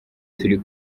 turi